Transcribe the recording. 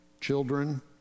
children